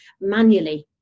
manually